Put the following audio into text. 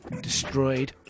destroyed